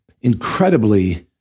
incredibly